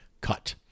cut